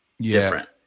different